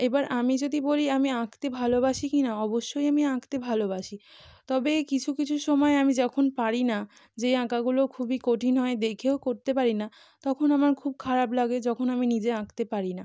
এবার আমি যদি বলি আমি আঁকতে ভালোবাসি কিনা অবশ্যই আমি আঁকতে ভালোবাসি তবে কিছু কিছু সময় আমি যখন পারি না যে আঁকাগুলো খুবই কঠিন হয় দেখেও করতে পারি না তখন আমার খুব খারাপ লাগে যখন আমি নিজে আঁকতে পারি না